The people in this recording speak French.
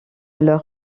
leur